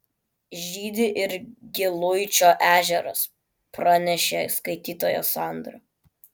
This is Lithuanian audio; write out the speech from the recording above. žydi ir giluičio ežeras pranešė skaitytoja sandra